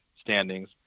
standings